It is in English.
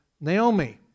Naomi